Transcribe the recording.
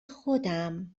خودم